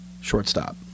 shortstop